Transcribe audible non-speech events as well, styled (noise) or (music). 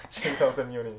(laughs)